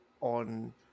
on